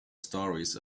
stories